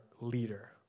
leader